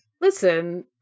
Listen